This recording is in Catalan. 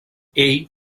ell